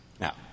Now